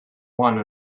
one